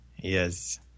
Yes